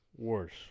Worse